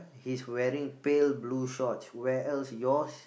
he's wearing pale blue shorts whereas yours